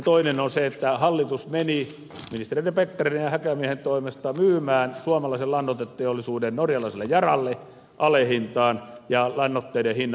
toinen ongelma on se että hallitus meni ministereiden pekkarisen ja häkämiehen toimesta myymään suomalaisen lannoiteteollisuuden norjalaiselle yaralle alehintaan ja lannoitteiden hinnat ovat kolminkertaistuneet